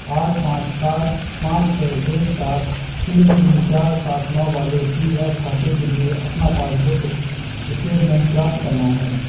आठ पाँच सात पाँच छः एक सात तीन तीन चार सात नौ वाले पी एफ़ खाते के लिए अपना पासबुक एस एस्टेटमेंट प्राप्त करना है